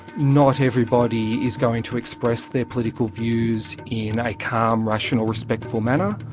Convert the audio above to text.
not everybody is going to express their political views in a calm, rational, respectful manner.